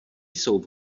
jsou